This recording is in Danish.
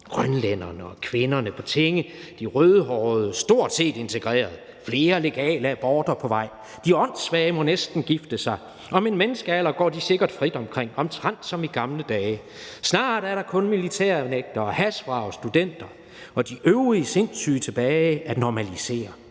problemer/grønlændere og kvinder på tinge/de rødhårede stort set integreret/flere legale aborter på vej/de åndssvage må næsten gifte sig/om en menneskealder går de sikkert frit omkring/omtrent som i gamle dage/snart er der kun militærnægtere/hashvrag/studenter/og de øvrige sindssyge tilbage at normalisere/Fremmede